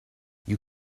you